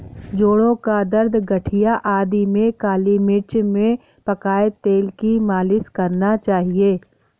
जोड़ों का दर्द, गठिया आदि में काली मिर्च में पकाए तेल की मालिश करना चाहिए